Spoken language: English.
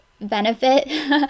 benefit